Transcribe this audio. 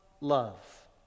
love